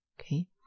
Okay